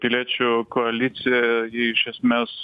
piliečių koalicija ji iš esmės